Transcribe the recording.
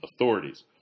authorities